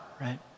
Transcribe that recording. right